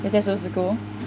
it's just supposed to go